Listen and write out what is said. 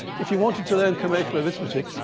if you wanted to learn commercial arithmetic,